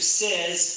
says